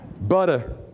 Butter